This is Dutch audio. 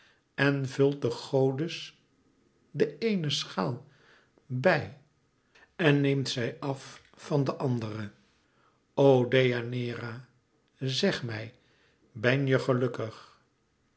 en vult de godes de eene schaal bij en neemt zij af van de andere o deianeira zèg mij ben je gelukkig